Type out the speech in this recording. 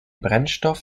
brennstoff